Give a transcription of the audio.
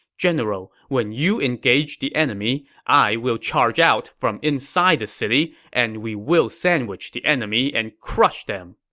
general, when you engage the enemy, i will charge out from inside the city, and we will sandwich the enemy and crush them.